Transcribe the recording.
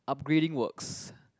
upgrading works